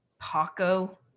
Paco